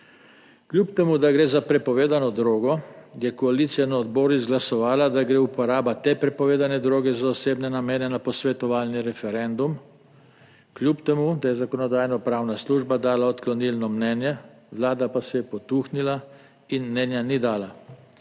Kljub temu, da gre za prepovedano drogo, je koalicija na odboru izglasovala, da gre uporaba te prepovedane droge za osebne namene na posvetovalni referendum, kljub temu, da je Zakonodajno-pravna služba dala odklonilno mnenje, Vlada pa se je potuhnila in mnenja ni dala.